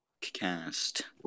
cast